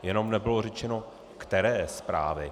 Jenom nebylo řečeno, které zprávy.